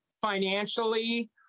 financially